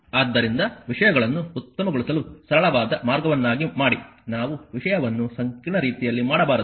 ಆದ್ದರಿಂದ ವಿಷಯಗಳನ್ನು ಉತ್ತಮಗೊಳಿಸಲು ಸರಳವಾದ ಮಾರ್ಗವನ್ನಾಗಿ ಮಾಡಿ ನಾವು ವಿಷಯವನ್ನು ಸಂಕೀರ್ಣ ರೀತಿಯಲ್ಲಿ ಮಾಡಬಾರದು